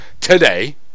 today